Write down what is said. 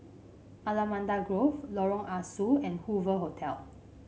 Allamanda Grove Lorong Ah Soo and Hoover Hotel